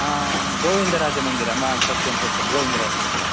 आ गोविन्दराजमन्दिरम् आम् सत्यं सत्यं गोविन्दराजमन्दिरं